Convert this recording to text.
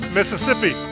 Mississippi